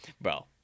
Bro